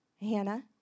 Hannah